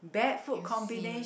you've seen